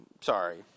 Sorry